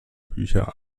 bücher